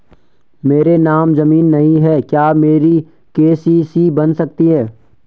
मेरे नाम ज़मीन नहीं है क्या मेरी के.सी.सी बन सकती है?